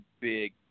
big